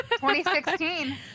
2016